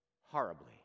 horribly